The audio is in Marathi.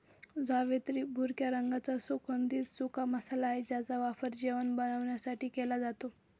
जावेत्री भुरक्या रंगाचा सुगंधित सुका मसाला आहे ज्याचा वापर जेवण बनवण्यासाठी केला जातो